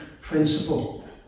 principle